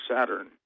Saturn